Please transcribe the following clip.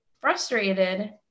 frustrated